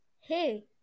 Hey